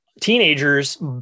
teenagers